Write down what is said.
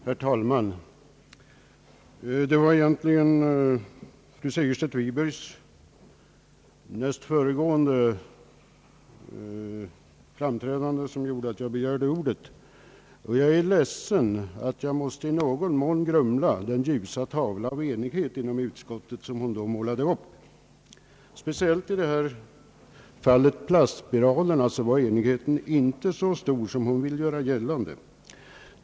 Herr talman! Det var egentligen fru Segerstedt Wibergs näst föregående framträdande som gjorde ait jag begärde ordet, Jag är ledsen att jag i någon mån måste grumla den ljusa tavla om enighet i utskottet som hon då målade. Speciellt i fallet plastspiralerna var enigheten inte så stor som hon ville göra gällande.